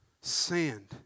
sand